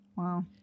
wow